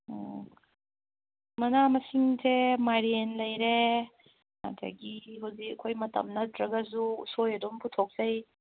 ꯑꯣ ꯃꯅꯥ ꯃꯁꯤꯡꯁꯦ ꯃꯥꯏꯔꯦꯜ ꯂꯩꯔꯦ ꯑꯗꯒꯤ ꯍꯧꯖꯤꯛ ꯑꯩꯈꯣꯏ ꯃꯇꯝ ꯅꯠꯇ꯭ꯔꯒꯁꯨ ꯎꯁꯣꯏ ꯑꯗꯨꯝ ꯄꯨꯊꯣꯛꯆꯩ